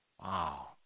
Wow